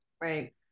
Right